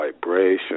vibration